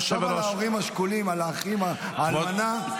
תחשוב על ההורים השכולים, על האחים, על האלמנה.